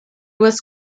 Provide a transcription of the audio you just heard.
was